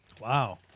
Wow